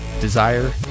Desire